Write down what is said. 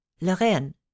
Lorraine